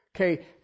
Okay